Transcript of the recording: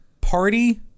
Party